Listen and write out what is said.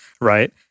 right